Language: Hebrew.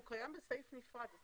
הוא קיים בסעיף נפרד.